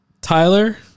Tyler